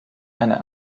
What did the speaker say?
eine